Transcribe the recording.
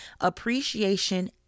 appreciation